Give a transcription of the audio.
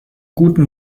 guten